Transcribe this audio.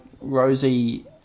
Rosie